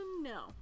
No